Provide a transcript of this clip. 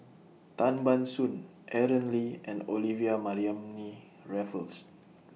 Tan Ban Soon Aaron Lee and Olivia Mariamne Raffles